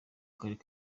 karere